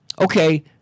okay